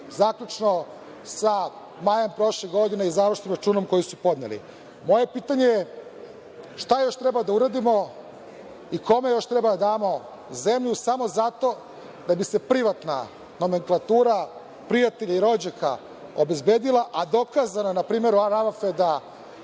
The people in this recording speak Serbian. zaključno sa majem prošle godine i završnim računom koji su podneli. Moje pitanje je šta još treba da uradimo i kome još treba da damo zemlju samo zato da bi se privatna nomenklatura prijatelja i rođaka obezbedila, a dokazana na primeru Al Ravafeda,